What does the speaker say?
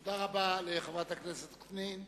תודה רבה לחברת הכנסת זועבי.